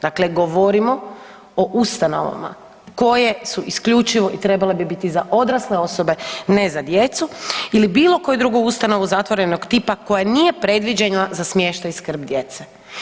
Dakle, govorimo o ustanovama koje su isključivo i trebale bi biti za odrasle osobe ne za djecu ili bilo koju drugu ustanovu zatvorenog tipa koja nije predviđena za smještaj i skrb djece.